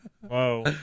Whoa